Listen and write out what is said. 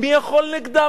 מי יכול נגדם?